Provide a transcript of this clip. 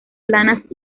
planas